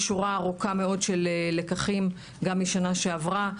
יש שורה ארוכה מאוד של לקחים גם משנה שעברה.